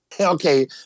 Okay